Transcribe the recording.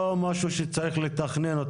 זה לא משהו שצריך לתכנן.